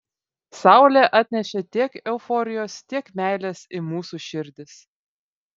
saulė atnešė tiek euforijos tiek meilės į mūsų širdis